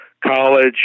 college